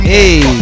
Hey